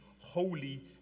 holy